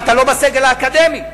אתה לא בסגל האקדמי.